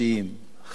חשובים,